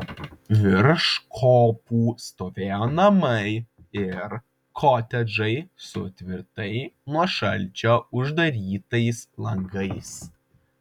virš kopų stovėjo namai ir kotedžai su tvirtai nuo šalčio uždarytais langais